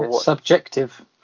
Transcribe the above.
subjective